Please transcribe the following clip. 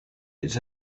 its